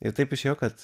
ir taip išėjo kad